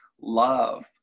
love